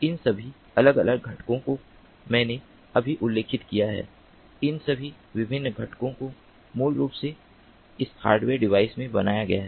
इन सभी अलग अलग घटकों जो मैंने अभी उल्लेख किया है इन सभी विभिन्न घटकों को मूल रूप से इस हार्डवेयर डिवाइस में बनाया गया है